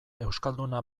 euskalduna